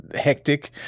hectic